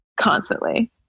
constantly